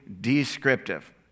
descriptive